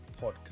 Podcast